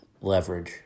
leverage